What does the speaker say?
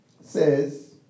says